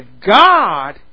God